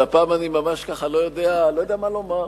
אבל הפעם אני ממש ככה לא יודע מה לומר.